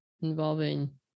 involving